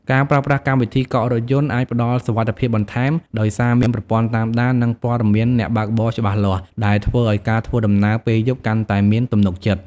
ការប្រើប្រាស់កម្មវិធីកក់រថយន្ត អាចផ្ដល់សុវត្ថិភាពបន្ថែម ដោយសារមានប្រព័ន្ធតាមដាន និងព័ត៌មានអ្នកបើកបរច្បាស់លាស់ ដែលធ្វើឱ្យការធ្វើដំណើរពេលយប់កាន់តែមានទំនុកចិត្ត។